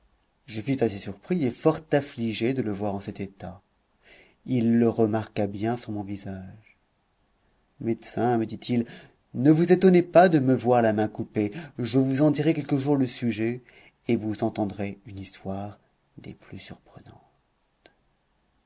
je fus assez surpris et fort affligé de le voir en cet état il le remarqua bien sur mon visage médecin me dit-il ne vous étonnez pas de me voir la main coupée je vous en dirai quelque jour le sujet et vous entendrez une histoire des plus surprenantes